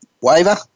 waiver